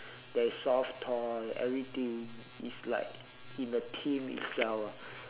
there is soft toy everything it's like in the theme itself lah